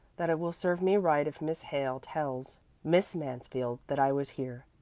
that it will serve me right if miss hale tells miss mansfield that i was here,